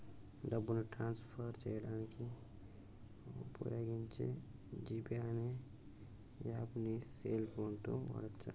డబ్బుని transfer చేయడానికి వుపయోగించే జీ పే అనే యాప్పుని సెల్ ఫోన్ తో వాడచ్చు